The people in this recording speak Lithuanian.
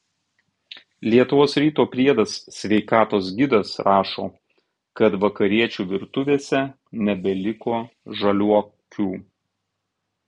lietuvos ryto priedas sveikatos gidas rašo kad vakariečių virtuvėse nebeliko žaliuokių